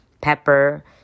pepper